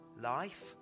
life